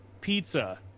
Pizza